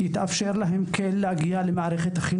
יתאפשר להם גם כן להגיע ולהיות חלק מהמערכת.